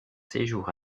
séjour